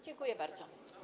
Dziękuję bardzo.